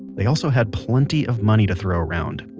they also had plenty of money to throw around,